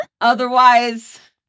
Otherwise